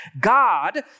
God